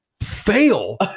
fail